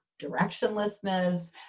directionlessness